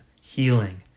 healing